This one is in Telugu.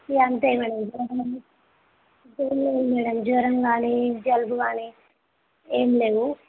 యా అంతే మేడం ఇంకా ఏమి లేదు మేడం జ్వరం కానీ జలుబు కానీ ఏమి లేవు